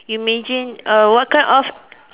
you imagine uh what kind of